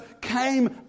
came